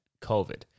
COVID